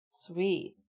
Sweet